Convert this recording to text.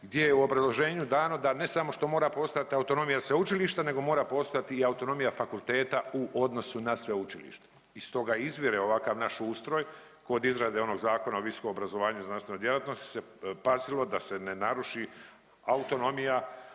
gdje je u obrazloženju dano, da ne samo što mora postojati autonomija sveučilišta nego mora postojati i autonomija fakulteta u odnosu na sveučilište. Iz toga izvire ovakav naš ustroj kod izrade onog Zakona o visokom obrazovanju i znanstvenoj djelatnosti se pazilo da se ne naruči autonomija,